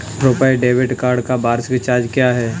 RuPay debit card का वार्षिक charge क्या है?